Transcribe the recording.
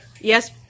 Yes